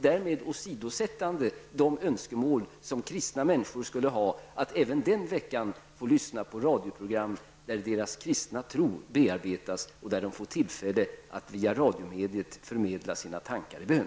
Därmed skulle de önskemål som kristna människor har åsidosättas, att även den veckan få lyssna på radioprogram där deras kristna tro bearbetas och där de får tillfälle att via radiomediet förmedla sina tankar i bön.